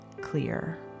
clear